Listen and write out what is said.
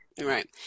right